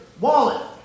wallet